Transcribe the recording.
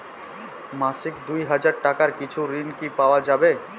মাসিক দুই হাজার টাকার কিছু ঋণ কি পাওয়া যাবে?